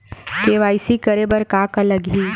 KYC करे बर का का लगही?